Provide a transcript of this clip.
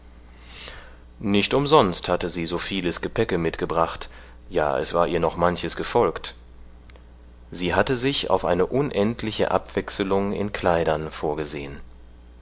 nicht umsonst hatte sie so vieles gepäcke mitgebracht ja es war ihr noch manches gefolgt sie hatte sich auf eine unendliche abwechselung in kleidern vorgesehen